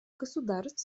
государств